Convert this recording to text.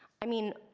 i mean,